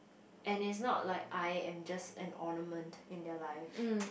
and it's not like I am just an ornament in their life